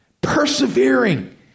persevering